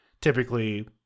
typically